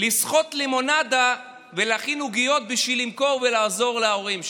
לסחוט לימונדה ולהכין עוגיות בשביל למכור ולעזור להורים שלה.